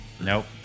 Nope